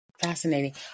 fascinating